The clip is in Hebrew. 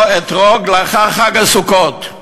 או אתרוג לאחר חג הסוכות,